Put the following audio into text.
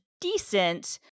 decent